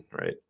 right